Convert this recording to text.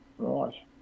Right